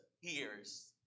hears